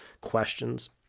questions